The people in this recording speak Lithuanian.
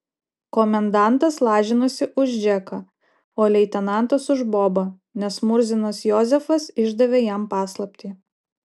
komendantas lažinosi už džeką o leitenantas už bobą nes murzinas jozefas išdavė jam paslaptį